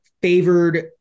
Favored